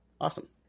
Awesome